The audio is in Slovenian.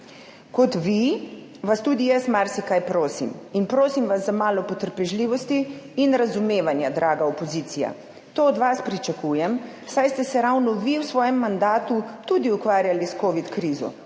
Kot vi vas tudi jaz marsikaj prosim in prosim vas za malo potrpežljivosti in razumevanja, draga opozicija. To od vas pričakujem, saj ste se ravno vi v svojem mandatu tudi ukvarjali s covid krizo,